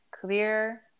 clear